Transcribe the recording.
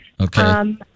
Okay